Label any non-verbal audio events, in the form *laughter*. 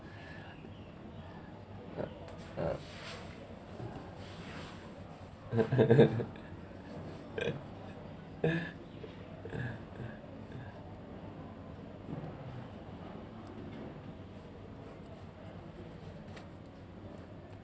uh uh *laughs*